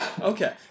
Okay